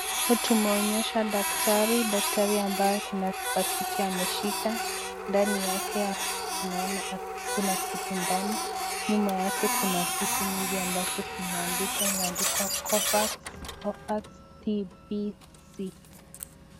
tumeonyeshwa daktari, daktari ambaye kuna kipakiti ameshika. Ndani yake tunaona kuna kitu ndani. Nyuma yake kuna vitu mingi ambavyo zimeandikwa imeandikwa Covax, Covax TPC.